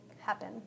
happen